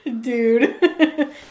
Dude